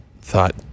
thought